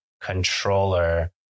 controller